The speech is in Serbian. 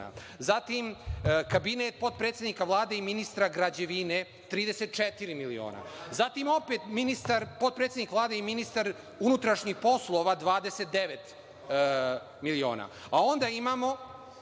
Zatim, Kabinet potpredsednika Vlade i ministra građevine - 34 miliona. Zatim, opet potpredsednik Vlade i ministar unutrašnjih poslova – 29 miliona. Onda imamo